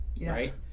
Right